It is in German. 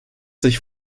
sich